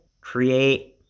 create